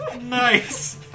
Nice